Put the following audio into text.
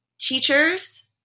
teachers